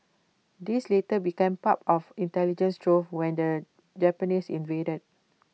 these later became part of intelligence trove when the Japanese invaded